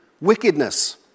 wickedness